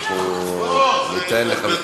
הוא לא יכול לרוץ כמו וקנין.